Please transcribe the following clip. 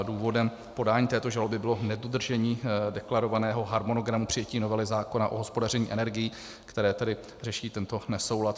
Důvodem podání této žaloby bylo nedodržení deklarovaného harmonogramu přijetí novely zákona o hospodaření energií, které tedy řeší tento nesoulad.